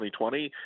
2020